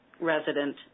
resident